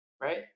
Right